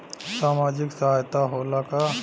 सामाजिक सहायता होला का?